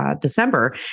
December